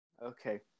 Okay